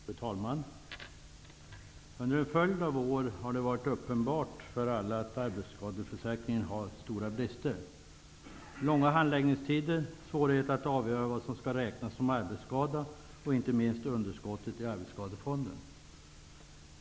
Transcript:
Fru talman! Under en följd av år har det varit uppenbart för alla att arbetsskadeförsäkringen har stora brister -- långa handläggningstider, svårigheter att avgöra vad som skall räknas som arbetsskada, och inte minst underskottet i arbetsskadefonden.